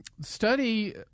study